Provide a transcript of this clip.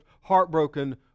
heartbroken